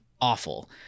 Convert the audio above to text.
awful